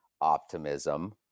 optimism